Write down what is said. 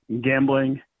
gambling